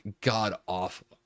god-awful